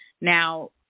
Now